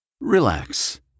Relax